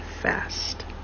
fast